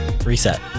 Reset